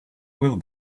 will